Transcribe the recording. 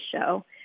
show